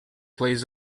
plays